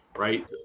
Right